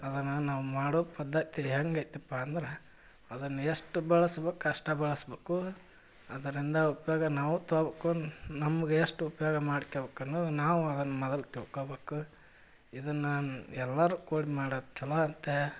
ಅದನ್ನು ನಾವು ಮಾಡೋ ಪದ್ದತಿ ಹೇಗೈತಿಪ್ಪ ಅಂದ್ರೆ ಅದನ್ನು ಎಷ್ಟು ಬಳಸ್ಬೇಕು ಅಷ್ಟೇ ಬಳಸಬೇಕು ಅದರಿಂದ ಉಪಯೋಗ ನಾವೂ ತೊಬೇಕು ನಮ್ಗೆ ಎಷ್ಟು ಉಪಯೋಗ ಮಾಡ್ಕೋಬೇಕನ್ನೋದು ನಾವು ಅದನ್ನು ಮದ್ಲು ತಿಳ್ಕೊಬೇಕು ಇದನ್ನು ನಾನು ಎಲ್ಲರೂ ಕೂಡಿ ಮಾಡೋದು ಚಲೋ ಅಂತೆ